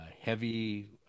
heavy